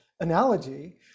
analogy